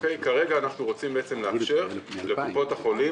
כרגע אנחנו רוצים לאפשר לקופות החולים